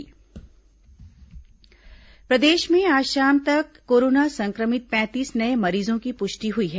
corona मरीज प्रदेश में आज शाम तक कोरोना संक्रमित पैंतीस नये मरीजों की पुष्टि हुई है